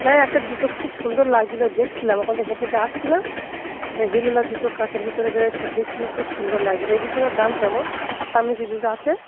না একটা জুতো খুব সুন্দর লাগছিলো দেখছিলাম ওখান দিয়ে হেঁটে হেঁটে আসছিলাম একটা হিলওলা জুতো কাঁচের ভেতরে রয়েছে দেখছিলাম খুব সুন্দর লাগছিলো ওই জুতোটার দাম কেমন সামনে যে জুতোটা আছে